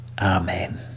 Amen